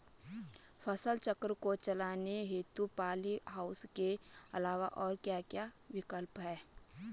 फसल चक्र को चलाने हेतु पॉली हाउस के अलावा और क्या क्या विकल्प हैं?